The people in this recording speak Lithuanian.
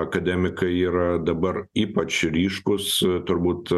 akademikai yra dabar ypač ryškus turbūt